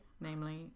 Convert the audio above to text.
namely